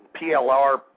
PLR